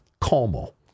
Como